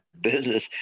business